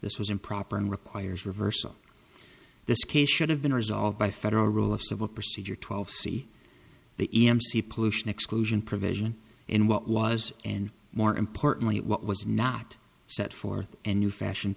this was improper and requires reversal this case should have been resolved by federal rule of civil procedure twelve see the e m c pollution exclusion provision in what was and more importantly what was not set forth and new fashioned